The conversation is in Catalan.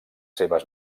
seves